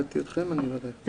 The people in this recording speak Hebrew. יש